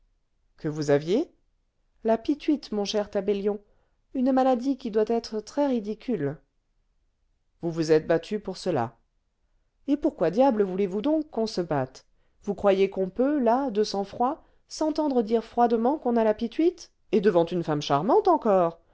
que vous aviez la pituite mon cher tabellion une maladie qui doit être très-ridicule vous vous êtes battu pour cela et pourquoi diable voulez-vous donc qu'on se batte vous croyez qu'on peut là de sang-froid s'entendre dire froidement qu'on a la pituite et devant une femme charmante encore